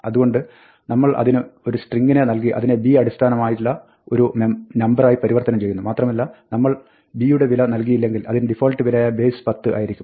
അതുകൊണ്ട് നമ്മൾ അതിന് ഒരു സ്ട്രിംഗിനെ നൽകി അതിനെ b അടിസ്ഥാനമായുള്ള ഒരു നമ്പറായി പരിവർത്തനം ചെയ്യുന്നു മാത്രമല്ല നമ്മൾ b യുടെ വില നൽകിയില്ലെങ്കിൽ അതിന് ഡിഫാൾട്ട് വിലയായ ബേസ് 10 ആയിരിക്കും